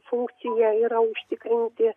funkcija yra užtikrinti